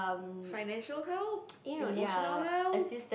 financial help emotional help